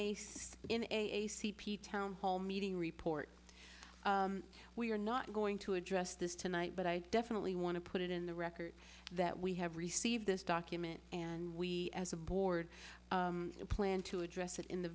a town hall meeting report we are not going to address this tonight but i definitely want to put it in the record that we have received this document and we as a board plan to address it in the